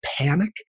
panic